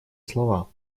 слова